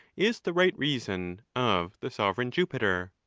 is the right reason of the sovereign jupiter.